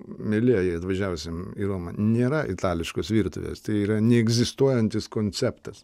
mielieji atvažiavusiem į romą nėra itališkos virtuvės tai yra neegzistuojantis konceptas